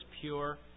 pure